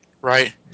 Right